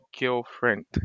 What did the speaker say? girlfriend